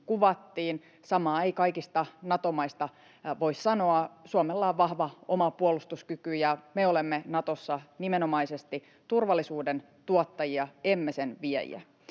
Samaa ei kaikista Nato-maista voi sanoa. Suomella on vahva oma puolustuskyky, ja me olemme Natossa nimenomaisesti turvallisuuden tuottajia, emme sen viejiä.